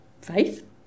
faith